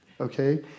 Okay